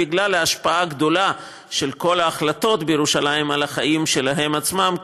בגלל ההשפעה הגדולה של כל ההחלטות בירושלים על החיים שלהם עצמם,